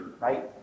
right